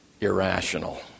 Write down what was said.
irrational